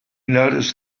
noticed